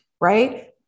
right